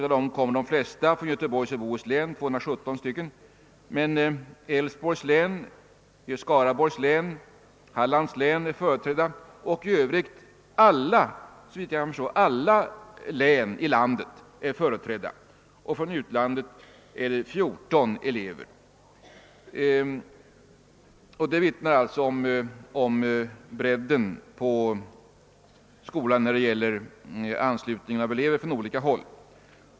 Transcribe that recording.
Av dem kom de flesta från Göteborgs och Bohus län — 217 stycken — men Älvsborgs län, Skaraborgs län och Hallands län är företrädda samt i övrigt alla län i landet. Från utlandet kom 14 elever. Detta vittnar om bredden när det gäller anslutning av elever från olika håll.